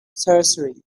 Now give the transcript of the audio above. sorcery